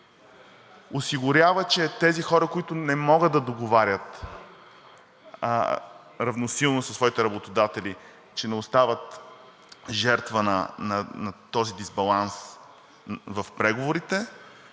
Осигурява, че тези хора, които не могат да договарят равносилно със своите работодатели, не остават жертва на този дисбаланс в преговорите.